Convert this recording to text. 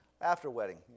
after-wedding